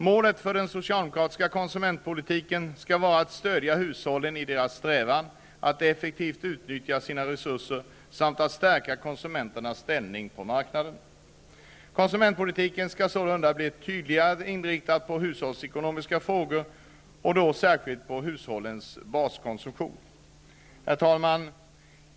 Målet för den socialdemokratiska konsumentpolitiken skall alltså vara att stödja hushållen i deras strävan att effektivt utnyttja sina resurser samt att stärka konsumenternas ställning på marknaden. Konsumentpolitiken skall sålunda tydligare inriktas på hushållsekonomiska frågor, särskilt på frågor om hushållens baskonsumtion. Herr talman!